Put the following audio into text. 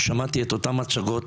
ושמעתי את אותן מצגות,